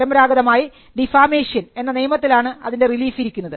പരമ്പരാഗതമായി ഡിഫാമേഷ്യൻ എന്ന നിയമത്തിലാണ് അതിൻറെ റിലീഫ് ഇരിക്കുന്നത്